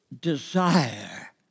desire